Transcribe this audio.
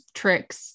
tricks